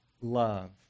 love